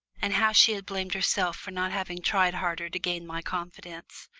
and how she had blamed herself for not having tried harder to gain my confidence.